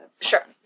sure